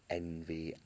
envy